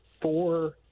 four